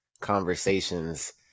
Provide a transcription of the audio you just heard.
conversations